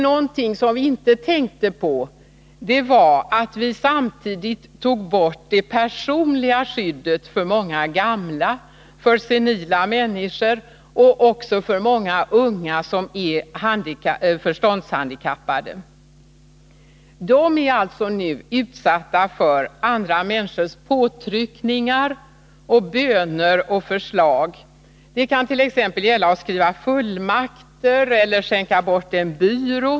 Någonting som vi inte tänkte på var emellertid att vi samtidigt tog bort det personliga skyddet för många gamla och senila människor, och även för många unga förståndshandikappade. De är alltså nu utsatta för andra människors påtryckningar, böner och förslag. Det kan t.ex. gälla att skriva fullmakt eller skänka bort en byrå.